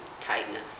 tightness